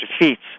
defeats